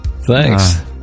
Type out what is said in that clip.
Thanks